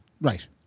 Right